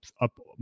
up